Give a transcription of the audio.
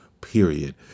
period